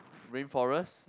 rainforest